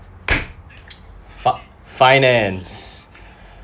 fuck finance